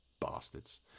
Bastards